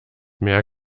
mehr